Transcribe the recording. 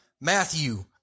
Matthew